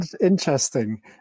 interesting